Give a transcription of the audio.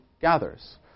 gathers